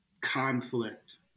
conflict